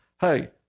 hey